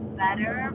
better